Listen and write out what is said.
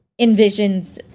envisions